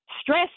Stress